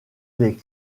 des